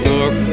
Look